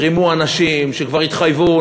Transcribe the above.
רימו אנשים שכבר התחייבו,